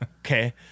Okay